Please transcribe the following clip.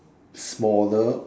smaller